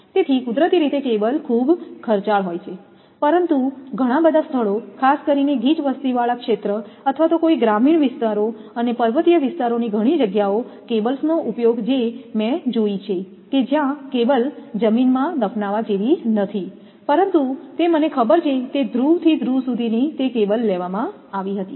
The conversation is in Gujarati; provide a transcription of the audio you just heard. તેથી કુદરતી રીતે કેબલ ખૂબ ખર્ચાળ હોય છે પરંતુ ઘણા બધા સ્થળો ખાસ ગીચ વસ્તીવાળા ક્ષેત્ર અથવા કોઈક ગ્રામીણ વિસ્તારો અને પર્વતીય વિસ્તારોની ઘણી જગ્યાઓ કેબલ્સનો ઉપયોગ જે મેં જોઇ છે કે જ્યાં કેબલ જમીનમાં દફનાવા જેવી નથી પરંતુ તે મને ખબર છે તે ધ્રુવથી ધ્રુવ સુધીની તે કેબલ લેવામાં આવી હતી